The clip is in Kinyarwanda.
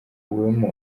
nko